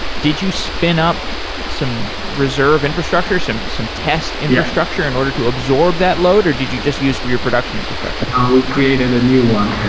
did you spin-up some reserve infrastructure, some some test infrastructure in order to absorb that load or did you just use for your production infrastructure? we created a new one.